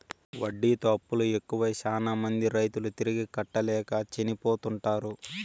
వడ్డీతో అప్పులు ఎక్కువై శ్యానా మంది రైతులు తిరిగి కట్టలేక చనిపోతుంటారు